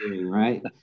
Right